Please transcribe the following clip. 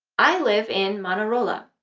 i live in manarola,